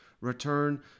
return